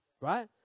right